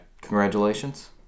Congratulations